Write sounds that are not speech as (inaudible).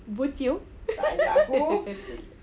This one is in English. bo jio (laughs)